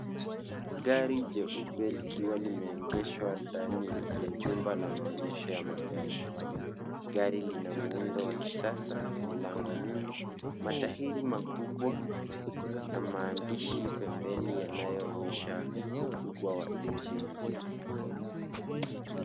Gari jeupe likiwa limeegeshwa ndani ya jumba la maonyesho ya magari. Gari lina muundo wa kisasa, milango minne, matairi makubwa na maandishi pembeni yanayoonyesha ukubwa wa injini.